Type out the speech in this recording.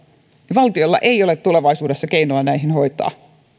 eli valtiolla ei ole tulevaisuudessa keinoa näitä hoitaa